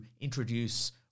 introduce